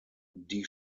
die